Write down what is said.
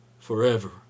forever